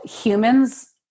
humans